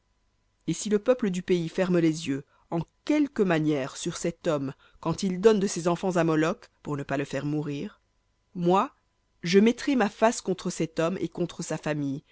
et si le peuple du pays ferme les yeux en quelque manière sur cet homme quand il donne de ses enfants à moloc pour ne pas le faire mourir moi je mettrai ma face contre cet homme et contre sa famille